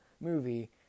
movie